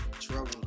trouble